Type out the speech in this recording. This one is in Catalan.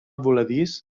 voladís